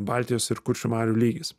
baltijos ir kuršių marių lygis